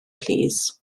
plîs